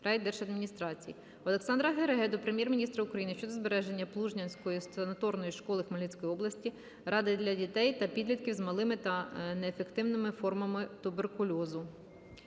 райдержадміністрації. Олександра Гереги до Прем'єр-міністра України щодо збереження Плужнянської санаторної школи Хмельницької обласної ради для дітей та підлітків з малими та неактивними формами туберкульозу.